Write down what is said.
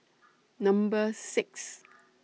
Number six